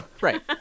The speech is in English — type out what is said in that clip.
right